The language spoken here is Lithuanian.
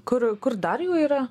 kur kur dar jų yra